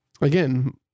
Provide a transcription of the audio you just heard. again